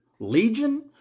Legion